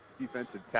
defensive